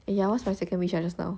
eh ya what's my second wish ah just now